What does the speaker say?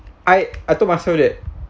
I I told myself that